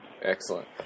Excellent